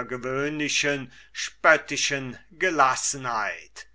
gewöhnlichen spöttelnden gelassenheit